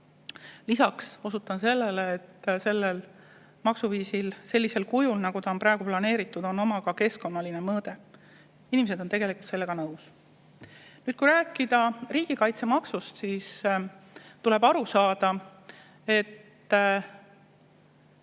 Lisaks osutan, et sellel maksuviisil on sellisel kujul, nagu ta on praegu planeeritud, ka keskkonnamõõde. Inimesed on tegelikult sellega nõus. Kui rääkida riigikaitsemaksust, siis tuleb aru saada, et